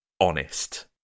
honest